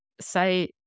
say